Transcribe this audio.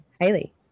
Hayley